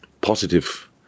Positive